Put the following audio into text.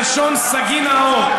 בלשון סגי נהור,